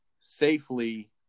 safely